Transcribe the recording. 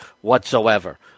whatsoever